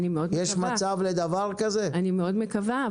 אני מאוד מקווה.